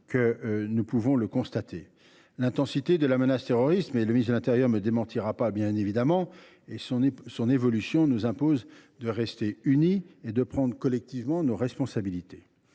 qui surviennent. L’intensité de la menace terroriste – le ministre de l’intérieur ne me démentira pas, bien évidemment – et son évolution nous imposent de rester unis et de prendre collectivement nos responsabilités.